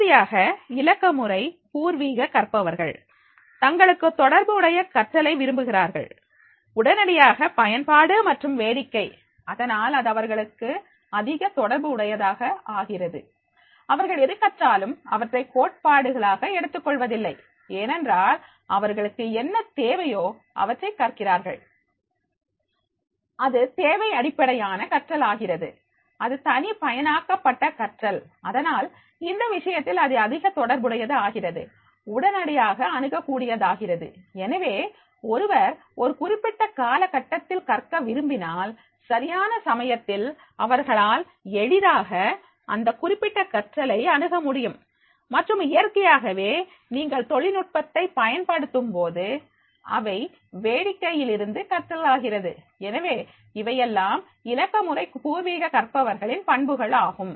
இறுதியாக இலக்கமுறை பூர்வீக கற்பவர்கள் தங்களுக்கு தொடர்புடைய கற்றலை விரும்புகிறார்கள் உடனடியாக பயன்பாடு மற்றும் வேடிக்கை அதனால் அது அவர்களுக்கு அதிக தொடர்பு உடையதாக ஆகிறது அவர்கள் எது கற்றாலும் அவற்றை கோட்பாடுகளாக எடுத்துக்கொள்வதில்லை ஏனென்றால் அவர்களுக்கு என்ன தேவையோ அவற்றை கற்கிறார்கள் அது தேவை அடிப்படையான கற்றல் ஆகிறது அது தனிப்பயனாக்கப்பட்ட கற்றல் அதனால் இந்த விஷயத்தில் அது அதிக தொடர்புடையது ஆகிறது உடனடியாக அணுகக்கூடியதாகிறது எனவே ஒருவர் ஒரு குறிப்பிட்ட காலகட்டத்தில் கற்க விரும்பினால் சரியான சமயத்தில் அவர்களால் எளிதாக அந்த குறிப்பிட்ட கற்றலை அணுகமுடியும் மற்றும் இயற்கையாகவே நீங்கள் தொழில்நுட்பத்தை பயன்படுத்தும் போது அவை வேடிக்கையிலிருந்து கற்றல் ஆகிறது எனவே இவையெல்லாம் இலக்கமுறை பூர்வீக கற்பவர்களின் பண்புகள் ஆகும்